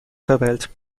verwählt